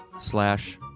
slash